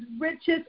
richest